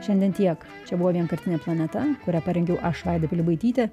šiandien tiek čia buvo vienkartinė planeta kurią parengiau aš vaida pilibaitytė